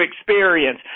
experience